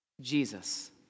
Jesus